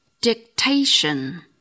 Dictation